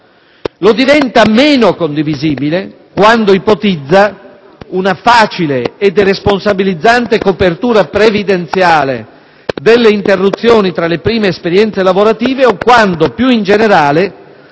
lo diventa meno quando ipotizza una facile e deresponsabilizzante copertura previdenziale delle interruzioni tra le prime esperienze lavorative o quando, più in generale,